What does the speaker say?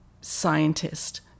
scientist